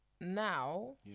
now